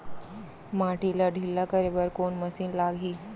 माटी ला ढिल्ला करे बर कोन मशीन लागही?